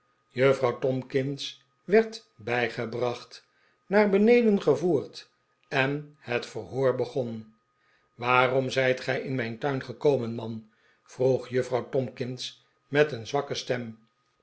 juffrouw tomkins werd bij gebracht naar beneden gevoerd en het verhoor begon waarom zijt gij in mijn tuin gekomen man vroeg juffrouw tomkins met een zwakke stem